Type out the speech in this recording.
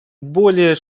более